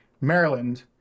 Maryland